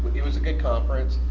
it was a good conference.